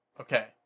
Okay